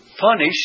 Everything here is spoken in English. punish